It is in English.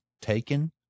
taken